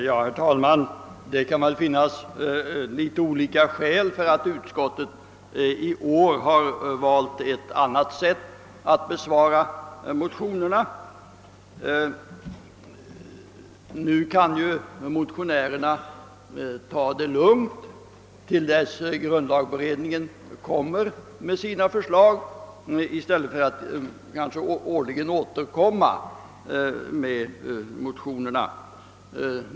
Herr talman! Det kan föreligga något olika skäl till att utskottet i år har valt ett annat sätt än tidigare att besvara motionerna. Motionärerna kan nu ta det lugnt till dess att grundlagberedningen framlägger sina förslag i stället för att årligen återkomma med sina motioner.